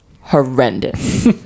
horrendous